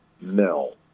Mel